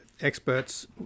experts